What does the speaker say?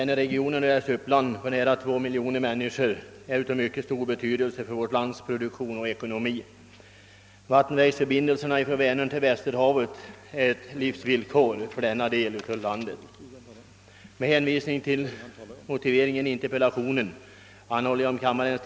Herr talman! Herr Jonasson har frågat mig om jag avser att skyndsamt vidta åtgärder för förbättrade vattenvägsförbindelser för vänerregionen med västerhavet samt om jag härvid även vill verkställa en skyndsam fullständig kostnadsberäkning av Uddevallaleden.